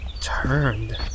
turned